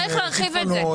שיטפונות,